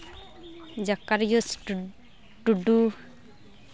Zakarias Tudu